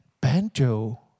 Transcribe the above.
banjo